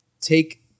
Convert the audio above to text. take